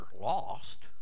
lost